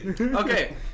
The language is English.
okay